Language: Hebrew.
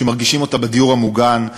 שמרגישים אותה בדיור המוגן,